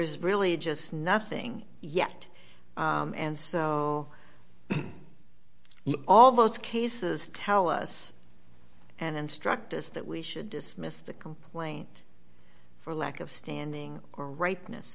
is really just nothing yet and so all those cases tell us and instruct us that we should dismiss the complaint for lack of standing or rightness